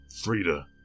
Frida